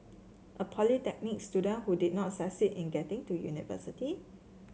a polytechnic student who did not succeed in getting to university